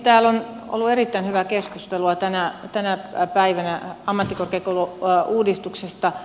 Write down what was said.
täällä on ollut erittäin hyvää keskustelua tänä päivänä ammattikorkeakoulu uudistuksesta